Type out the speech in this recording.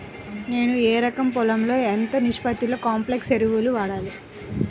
నేను ఎకరం పొలంలో ఎంత నిష్పత్తిలో కాంప్లెక్స్ ఎరువులను వాడాలి?